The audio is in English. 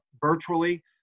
virtually